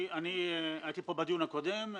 הייתי פה בדיון הקודם.